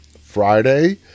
Friday